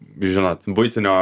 žinot buitinio